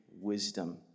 wisdom